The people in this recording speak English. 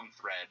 thread